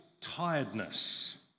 tiredness